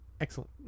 excellent